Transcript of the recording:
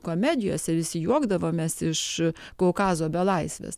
komedijose visi juokdavomės iš kaukazo belaisvės